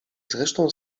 zresztą